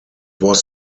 was